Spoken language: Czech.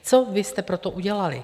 Co vy jste pro to udělali?